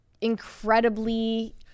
incredibly